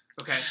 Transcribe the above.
Okay